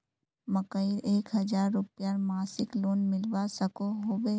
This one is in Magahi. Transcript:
मकईर एक हजार रूपयार मासिक लोन मिलवा सकोहो होबे?